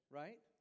right